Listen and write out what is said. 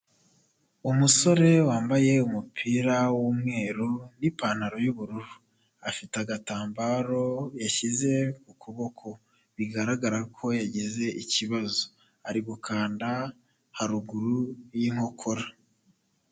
Umusore wambaye umupira w'umweru n'ipantaro y'ubururu afite agatambaro yashyize ku kuboko bigaragara ko yagize ikibazo ari gukanda haruguru y'inkokora.